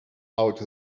out